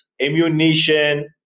ammunition